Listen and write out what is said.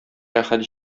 рәхәт